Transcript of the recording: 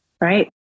Right